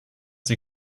sie